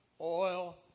Oil